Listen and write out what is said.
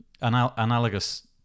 analogous